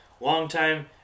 longtime